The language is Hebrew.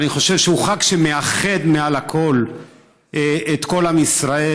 אני חושב שהוא חג שמאחד מעל הכול את כל עם ישראל.